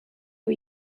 for